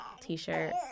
t-shirt